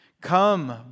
Come